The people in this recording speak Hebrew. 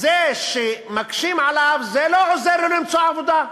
זה שמקשים עליו, זה לא עוזר לו למצוא עבודה.